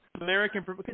American